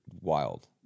wild